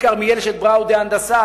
בכרמיאל יש "בראודה להנדסה",